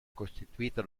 costituito